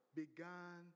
began